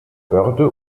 börde